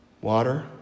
water